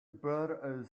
build